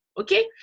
okay